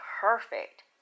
perfect